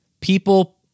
people